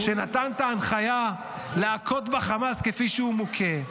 שנתן את ההנחיה להכות בחמאס כפי שהוא מוכה,